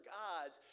gods